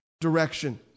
direction